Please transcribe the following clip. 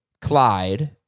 Clyde